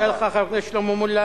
אני מודה לך, חבר הכנסת שלמה מולה.